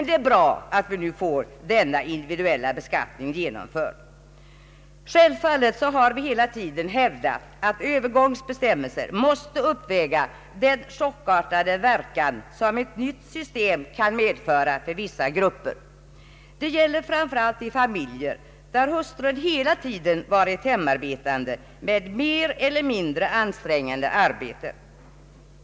Det är bra att vi nu får individuell beskattning genomförd. Självfallet har vi hela tiden hävdat att övergångsbestämmelser måste uppväga den chockartade verkan som ett nytt system kan medföra för vissa grupper. Det gäller framför allt de familjer där hustrun hela tiden varit hemarbetande med mer eller mindre ansträngande arbete.